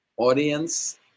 audience